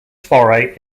foray